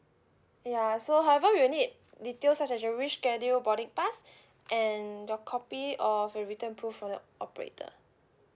ya so however we'll need details such as your reschedule boarding pass and your copy of a written proof for the operator